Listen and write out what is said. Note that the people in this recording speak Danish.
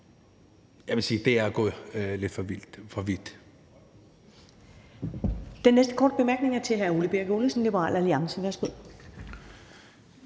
Jeg må sige, at det er at gå lidt for vidt.